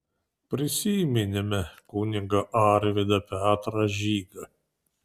prisiminėme kunigą arvydą petrą žygą